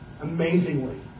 Amazingly